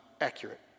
accurate